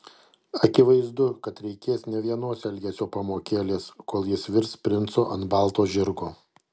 akivaizdu kad reikės ne vienos elgesio pamokėlės kol jis virs princu ant balo žirgo